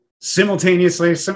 Simultaneously